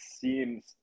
seems